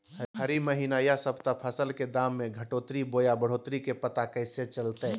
हरी महीना यह सप्ताह फसल के दाम में घटोतरी बोया बढ़ोतरी के पता कैसे चलतय?